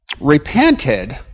repented